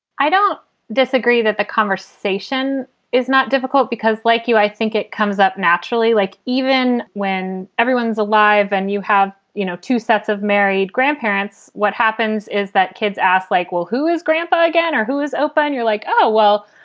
i don't disagree that the conversation is not difficult because like you, i think it comes up naturally, like even when everyone's alive and you have, you know, two sets of married grandparents. what happens is that kids ask, like, well, who is grandpa again? or who is open? and you're like, oh, well,